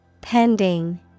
Pending